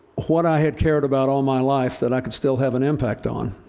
what i had cared about all my life that i could still have an impact on.